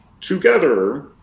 together